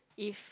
if